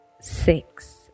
six